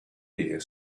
here